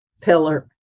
pillar